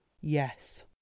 Yes